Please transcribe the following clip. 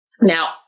Now